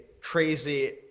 crazy